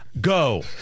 go